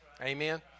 Amen